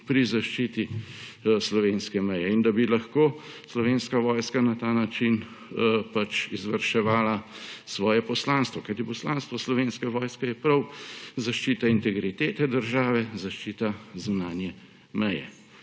pri zaščiti slovenske meje, da bi lahko slovenska vojska na ta način izvrševala svoje poslanstvo. Kajti poslanstvo Slovenske vojske je prav zaščita integritete države, zaščita zunanje meje.